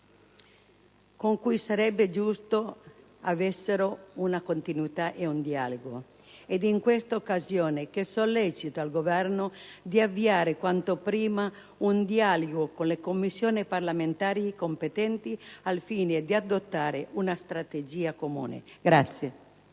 con cui sarebbe giusto avessero una continuità di dialogo. Ed è in questa occasione che sollecito il Governo ad avviare quanto prima un dialogo con le Commissioni parlamentari competenti, al fine di adottare una strategia comune.